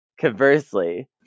Conversely